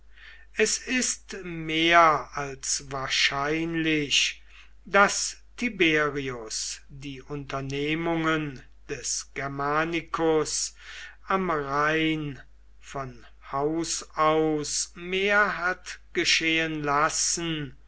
es ist mehr als wahrscheinlich daß tiberius die unternehmungen des germanicus am rhein von haus aus mehr hat geschehen lassen